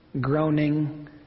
groaning